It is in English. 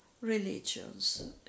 religions